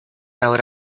out